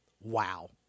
wow